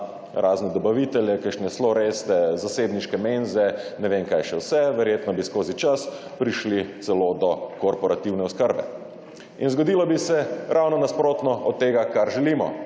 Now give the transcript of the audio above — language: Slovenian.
razne dobavitelje, kakšne Sloreste, zasebniške menze, ne vem, kaj še vse, verjetno bi skozi čas prišli celo do korporativne oskrbe. Zgodilo bi se ravno nasprotno od tega, kar želimo.